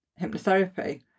hypnotherapy